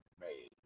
made